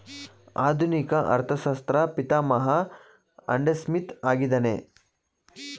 ಆಧುನಿಕ ಅರ್ಥಶಾಸ್ತ್ರ ಪಿತಾಮಹ ಆಡಂಸ್ಮಿತ್ ಆಗಿದ್ದಾನೆ